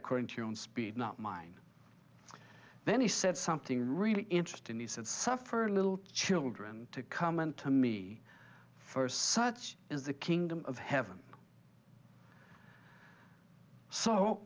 according to your own speed not mine then he said something really interesting he said suffer little children to come and to me for such is the kingdom of heaven so